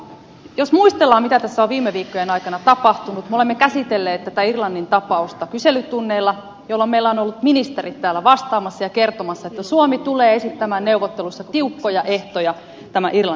jos muistellaan mitä tässä on viime viikkojen aikana tapahtunut me olemme käsitelleet tätä irlannin tapausta kyselytunneilla jolloin meillä on ollut ministerit täällä vastaamassa ja kertomassa että suomi tulee esittämään neuvotteluissa tiukkoja ehtoja irlannin tukipaketille